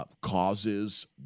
Causes